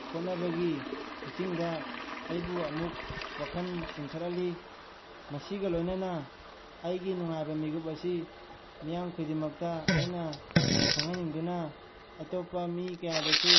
ꯍꯣꯠꯅꯕꯒꯤ ꯂꯨꯆꯤꯡꯗ ꯑꯩꯕꯨ ꯑꯃꯨꯛ ꯋꯥꯈꯜ ꯆꯤꯡꯈꯠꯍꯜꯂꯤ ꯃꯁꯤꯒ ꯂꯣꯏꯅꯅ ꯑꯩꯒꯤ ꯅꯨꯡꯉꯥꯏꯕ ꯃꯤꯀꯨꯞ ꯑꯁꯤ ꯃꯤꯌꯥꯝ ꯈꯨꯗꯤꯡꯃꯛꯇ ꯑꯩꯅ ꯍꯪꯍꯟꯅꯤꯡꯗꯨꯅ ꯑꯇꯣꯞꯄ ꯃꯤ ꯀꯌꯥꯗꯁꯨ